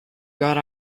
got